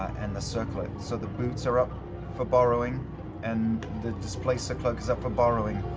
and the circlet, so the boots are up for borrowing and the displacer cloak is up for borrowing.